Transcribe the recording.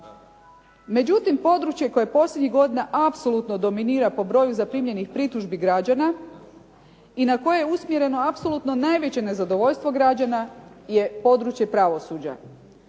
Međutim područje koje posljednjih godina apsolutno dominira po broju zaprimljenih pritužbi građana i na koje je usmjereno apsolutno najveće nezadovoljstvo građana je područje pravosuđa.